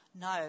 no